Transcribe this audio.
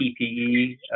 PPE